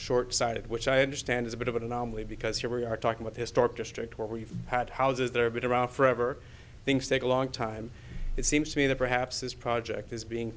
short sighted which i understand is a bit of an anomaly because here we are talking about historic district where we've had houses there but around forever things take a long time it seems to me that perhaps this project is being